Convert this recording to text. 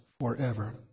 forever